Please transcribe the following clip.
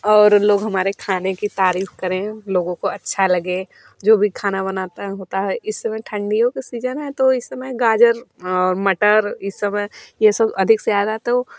और लोग हमारे खाने की तारीफ़ करें लोगों को अच्छा लगे जो भी खाना बनाता है होता है इस समय ठंडियों सीजन है तो इस समय गाजर और मटर इ सब हैं ये सब अधिक से आ रहा है तो